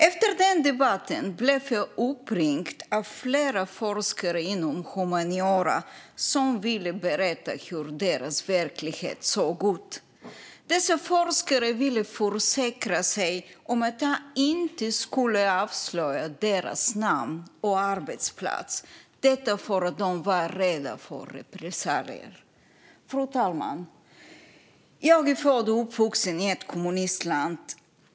Efter den debatten blev jag uppringd av flera forskare inom humaniora som ville berätta hur deras verklighet såg ut. Dessa forskare ville försäkra sig om att jag inte skulle avslöja deras namn och arbetsplats, detta för att de var rädda för repressalier. Fru talman! Jag är född och uppvuxen i ett kommunistland.